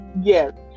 yes